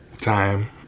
Time